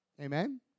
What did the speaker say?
Amen